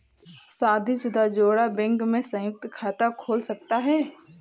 शादीशुदा जोड़ा बैंक में संयुक्त खाता खोल सकता है